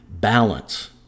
balance